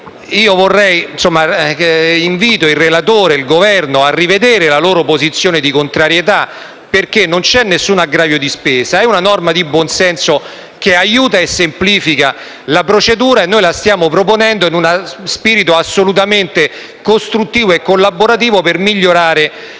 banalissime. Invito il relatore e il Governo a rivedere la loro posizione di contrarietà, perché - ripeto - non c'è alcun aggravio di spesa, è una norma di buon senso che aiuta e semplifica la procedura e noi la stiamo proponendo in uno spirito assolutamente costruttivo e collaborativo per migliorare il testo